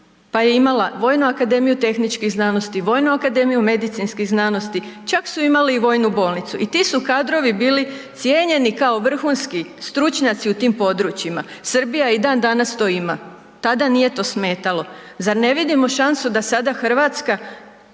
pa je imala vojnu akademiju tehničkih znanosti, vojnu akademiju medicinskih znanosti, čak su imali i vojnu bolnicu. I ti su kadrovi bili cijenjeni kao vrhunski stručnjaci u tim područjima. Srbija i dan danas to ima. Tada nije to smetalo. Zar ne vidimo šansu da sada Hrvatska